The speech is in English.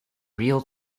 real